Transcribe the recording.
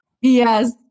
Yes